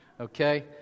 okay